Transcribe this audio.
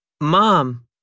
Mom